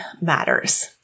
matters